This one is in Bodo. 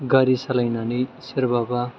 गारि सालायनानै सोरबा बा